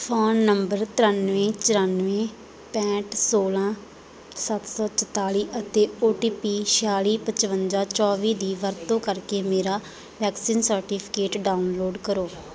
phone number ਤਰਿਆਨਵੇਂ ਚੁਰਾਨਵੇਂ ਪੈਂਹਠ ਸੌਲਾਂ ਸੱਤ ਸੌ ਚੁਤਾਲੀ ਅਤੇ ਓ ਟੀ ਪੀ ਛਿਆਲੀ ਪਚਵੰਜਾ ਚੌਵੀ ਦੀ ਵਰਤੋਂ ਕਰਕੇ ਮੇਰਾ ਵੈਕਸੀਨ ਸਰਟੀਫਿਕੇਟ ਡਾਊਨਲੋਡ ਕਰੋ